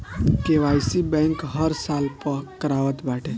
KYC bank हर साल पअ करावत बाटे